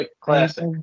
classic